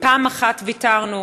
פעם אחת ויתרנו